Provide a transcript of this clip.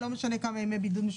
במקום "לדמי בידוד"